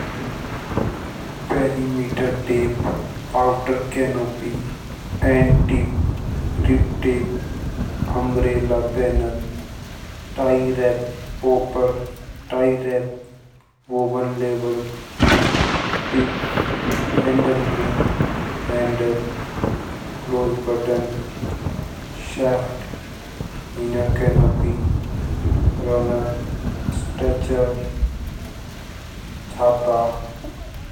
Perimeter tape, outer canopy, end tip, rip tape, umbrella panel, tie wrap popper, tie wrap, woven label, rib, tip, handle ring, handle, close button, shaft, inner canopy, runner, stretcher चाहता।